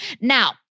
Now